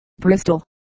Bristol